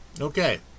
okay